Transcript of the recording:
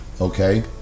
Okay